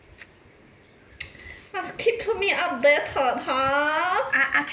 must keep me updated !huh!